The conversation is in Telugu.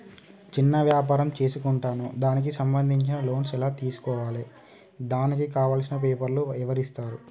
చిన్న వ్యాపారం చేసుకుంటాను దానికి సంబంధించిన లోన్స్ ఎలా తెలుసుకోవాలి దానికి కావాల్సిన పేపర్లు ఎవరిస్తారు?